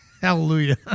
hallelujah